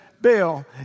Bill